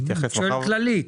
אני שואל באופן כללי.